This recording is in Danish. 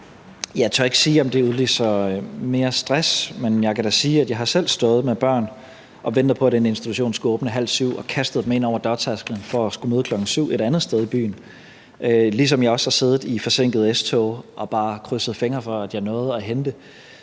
tør ikke sige, om det udvikler mere stress. Men jeg kan da sige, at jeg selv har stået med børn og ventet på, at institutionen skulle åbne kl. 6.30, og kastet dem ind over dørtærsklen, fordi jeg selv skulle møde kl. 7.00 et andet sted i byen, ligesom jeg også har siddet i forsinkede S-tog og bare har krydset fingre for, at jeg nåede at hente.